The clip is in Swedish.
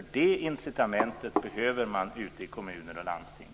Det incitamentet behöver man ute i kommuner och landsting.